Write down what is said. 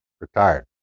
Retired